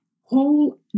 whole